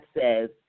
says